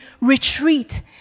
retreat